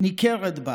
ניכרת בה,